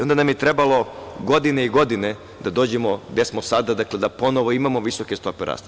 Onda su nam trebale godine i godine da dođemo gde smo sada, dakle, da ponovo imamo visoke stope rasta.